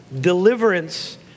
Deliverance